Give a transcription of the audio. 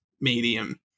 medium